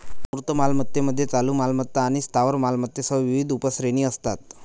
मूर्त मालमत्तेमध्ये चालू मालमत्ता आणि स्थावर मालमत्तेसह विविध उपश्रेणी असतात